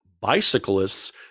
bicyclists